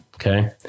Okay